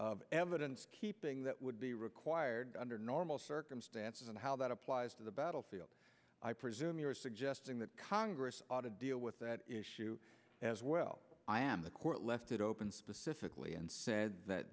of evidence keeping that would be required under normal circumstances and how that applies to the battlefield i presume you're suggesting that congress ought to deal with that issue as well i am the court left it open